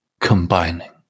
combining